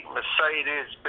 Mercedes